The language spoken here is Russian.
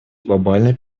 глобальной